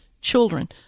children